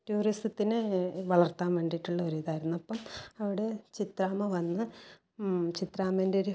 ടൂറിസത്തിന് വളർത്താൻ വേണ്ടിയിട്ടുള്ള ഒരു ഇതായിരുന്നു അപ്പം അവിടെ ചിത്രാമ്മ വന്ന് ചിത്രാമേൻ്റെ ഒരു